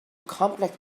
complex